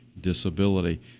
disability